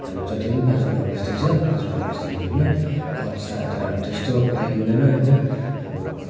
हाम्रो जति पनि पाँचवटा बस्ती छ पाँचवटा बस्तीभरीमा कचडा त अब त्यस्तो पाइँदैन होइन अब